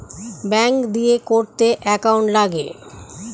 টাকার লেনদেন ব্যাঙ্ক দিয়ে করতে অ্যাকাউন্ট লাগে